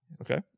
Okay